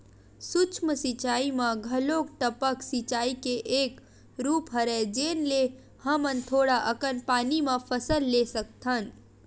सूक्ष्म सिचई म घलोक टपक सिचई के एक रूप हरय जेन ले हमन थोड़ा अकन पानी म फसल ले सकथन